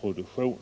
produktion?